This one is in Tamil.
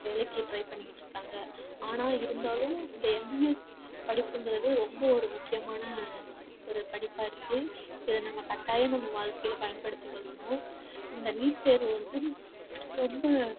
வேலைக்கு ட்ரை பண்ணிக்கிட்டு இருக்காங்க ஆனால் இருந்தாலும் இந்த எம்பிபிஎஸ் படிப்புங்கிறது ரொம்ப ஒரு முக்கியமான ஒரு படிப்பாக இருக்குது இதை நம்ம கட்டாயம் நம்ம வாழ்க்கையில் பயன்படுத்திக் கொள்ளணும் இந்த நீட் தேர்வு வந்து ரொம்ப